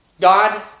God